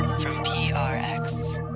from prx,